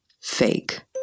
Fake